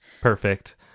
perfect